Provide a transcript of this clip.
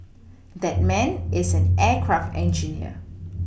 that man is an aircraft engineer